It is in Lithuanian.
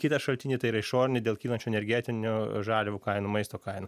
kitą šaltinį tai yra išorinį dėl kylančių energetinių žaliavų kainų maisto kainų